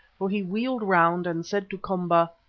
for he wheeled round and said to komba,